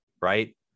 right